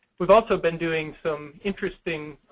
we've also been doing some interesting,